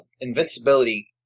Invincibility